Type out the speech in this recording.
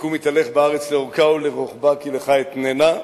"קום התהלך בארץ לארכה ולרחבה כי לך אתננה",